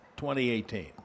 2018